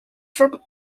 from